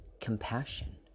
compassion